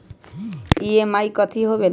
EMI कथी होवेले?